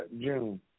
June